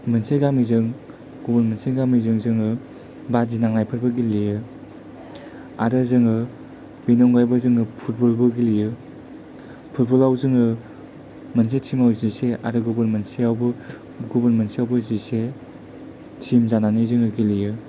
मोनसे गामिजों गुबुन मोनसे गामिजों जोङो बादि नांनायफोरबो गेलेयो आरो जोङो बेनि अनगायैबो जोङो फुटबलबो गेलेयो फुटबलाव जोङो मोनसे टिम आव जिसे आरो गुबुन मोनसेयावबो गुबुन मोनसेयावबो जिसे थिम जानानै जोङो गेलेयो